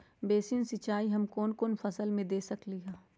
Basin सिंचाई हम कौन कौन फसल में दे सकली हां?